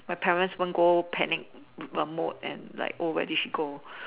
my parents won't go panic err mode and like oh where did she go